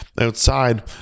outside